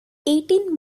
eighteen